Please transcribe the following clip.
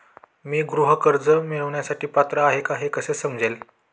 मी गृह कर्ज मिळवण्यासाठी पात्र आहे का हे कसे समजेल?